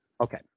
Okay